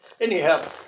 Anyhow